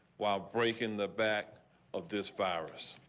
while break in the back of this fires.